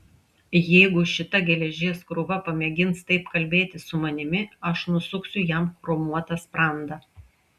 jeigu šita geležies krūva pamėgins taip kalbėti su manimi aš nusuksiu jam chromuotą sprandą